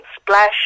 splash